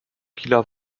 kieler